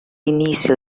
inicio